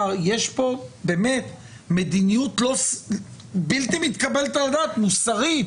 יש פה מדיניות בלתי מתקבלת על הדעת מוסרית